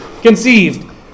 Conceived